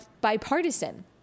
bipartisan